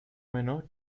menor